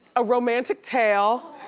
a romantic tale,